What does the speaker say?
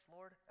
Lord